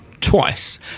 Twice